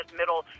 middle